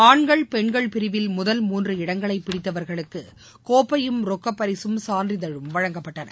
ஆண்கள் பென்கள் பிரிவில் முதல் மூன்று இடங்களை பிடித்தவர்களுக்கு கோப்பையும் ரொக்கப்பரிகம் சான்றிதழும் வழங்கப்பட்டன